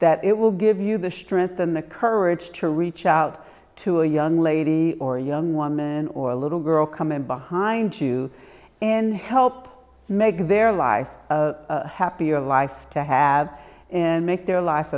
that it will give you the strength and the courage to reach out to a young lady or a young woman or a little girl come in behind you and help make their life a happier life to have in make their life